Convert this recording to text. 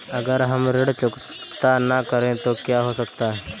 अगर हम ऋण चुकता न करें तो क्या हो सकता है?